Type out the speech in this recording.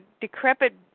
decrepit